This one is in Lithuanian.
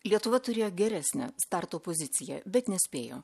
lietuva turėjo geresnę starto poziciją bet nespėjo